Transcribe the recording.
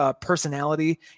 personality